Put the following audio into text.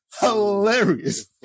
hilarious